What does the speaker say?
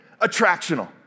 attractional